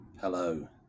Hello